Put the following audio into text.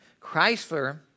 Chrysler